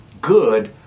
good